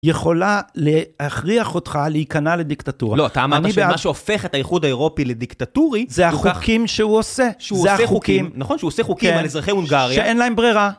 יכולה להכריח אותך להיכנע לדיקטטוריה. לא, אתה אמרת שמה שהופך את הייחוד האירופי לדיקטטורי, זה החוקים שהוא עושה. שהוא עושה חוקים, נכון? שהוא עושה חוקים על אזרחי הונגריה. שאין להם ברירה.